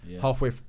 Halfway